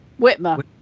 Whitmer